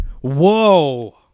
Whoa